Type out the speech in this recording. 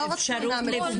לא רק את התלונה המקוונת.